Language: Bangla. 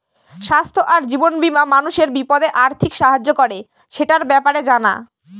স্বাস্থ্য আর জীবন বীমা মানুষের বিপদে আর্থিক সাহায্য করে, সেটার ব্যাপারে জানা